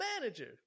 manager